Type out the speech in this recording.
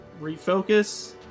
refocus